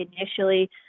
initially